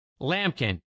Lampkin